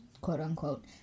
quote-unquote